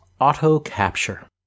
auto-capture